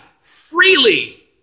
freely